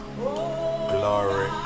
glory